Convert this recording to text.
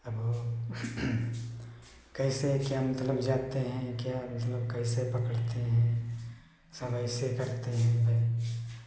अब लोग कैसे क्या मतलब जाते हैं क्या मतलब कैसे पकड़ते हैं सब ऐसे करते हैं सब